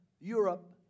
Europe